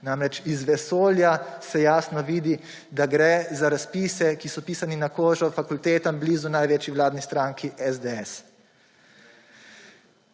Namreč, iz vesolja se jasno vidi, da gre za razpise, ki so pisani na kožo fakultetam blizu največji vladni stranki SDS.